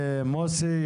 מוסי,